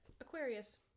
Aquarius